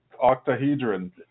octahedron